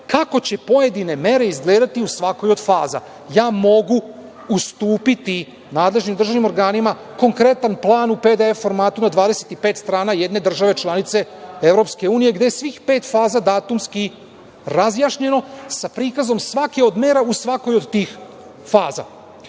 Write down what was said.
kako će pojedine mere izgledati u svakoj od faza. Ja mogu ustupiti nadležnim državnim organima konkretan plan u PDF formatu na 25 strana jedne države članice EU, gde je svih pet faza datumski razjašnjeno, sa prikazom svake od mera u svakoj od tih faza.